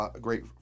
Great